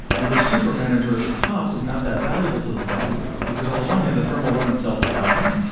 and the super manager at the top is not that valuable to the firm because on the one hand the firm will run itself without him.